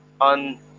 on